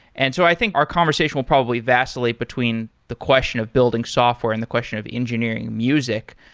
and so i think our conversation will probably vacillate between the question of building software and the question of engineering music.